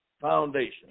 foundation